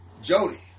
Jody